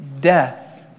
death